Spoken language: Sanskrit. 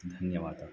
धन्यवादः